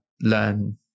learn